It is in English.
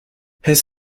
his